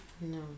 No